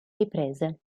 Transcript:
riprese